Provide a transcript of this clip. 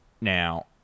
Now